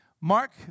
Mark